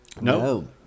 no